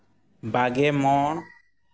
ᱵᱟᱜᱮ ᱢᱚᱬ